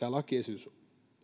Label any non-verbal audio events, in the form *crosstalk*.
*unintelligible* lakiesitys